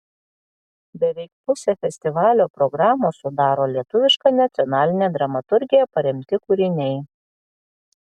beveik pusę festivalio programos sudaro lietuviška nacionaline dramaturgija paremti kūriniai